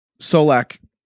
Solak